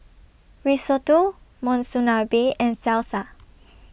Risotto Monsunabe and Salsa